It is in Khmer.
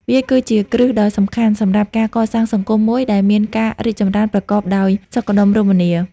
វាគឺជា គ្រឹះដ៏សំខាន់ សម្រាប់ការកសាងសង្គមមួយដែលមានការរីកចម្រើនប្រកបដោយសុខដុមរមនា។